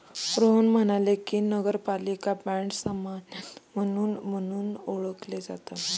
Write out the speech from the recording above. रोहन म्हणाले की, नगरपालिका बाँड सामान्यतः मुनी म्हणून ओळखले जातात